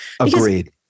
Agreed